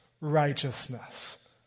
righteousness